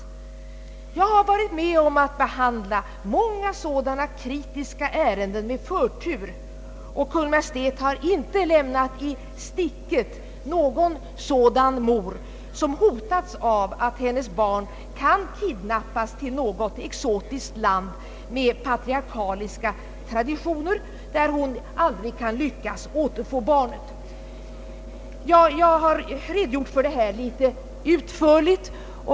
Jag har varit med om att behandla många sådana kritiska ärenden med förtur, och Kungl. Maj:t har inte lämnat i sticket någon mor som hotats av att hennes barn kan kidnappas till något exotiskt land med patriarkaliska traditioner, från vilket hon aldrig kan återfå barnet. Jag har redogjort för detta ämne ganska utförligt.